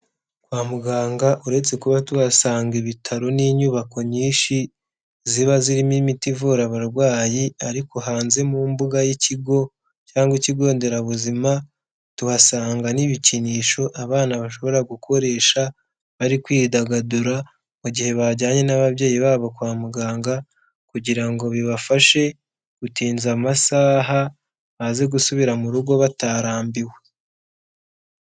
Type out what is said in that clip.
Kwa muganga uretse kuba tuhasanga ibitaro n'inyubako nyinshi ziba zirimo imiti ivura abarwayi, ariko hanze mu mbuga y'ikigo cyangwa ikigo nderabuzima, tuhasanga n'ibikinisho abana bashobora gukoresha bari kwidagadura, mu gihe bajyanye n'ababyeyi babo kwa muganga kugira ngo bibafashe gutinza amasaha, baze gusubira mu rugo batarambiwe.